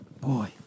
Boy